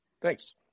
thanks